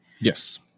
Yes